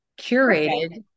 curated